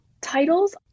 titles